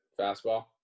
fastball